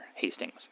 Hastings